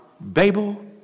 Babel